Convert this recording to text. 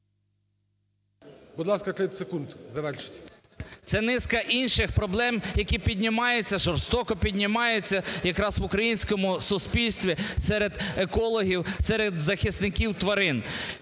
Будь ласка, 30 секунд завершити. РИБАК І.П. Це низка інших проблем, які піднімаються, жорстоко піднімаються якраз в українському суспільстві, серед екологів, серед захисників тварин